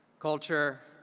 culture,